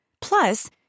Plus